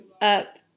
up